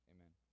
Amen